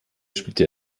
spielte